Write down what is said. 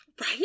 Right